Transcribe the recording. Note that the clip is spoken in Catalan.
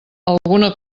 alguna